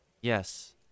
Yes